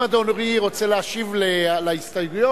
אם אדוני רוצה להשיב על הסתייגויות,